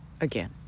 Again